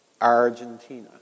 Argentina